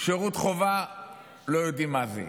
שירות חובה לא יודעים מה זה.